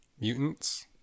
mutants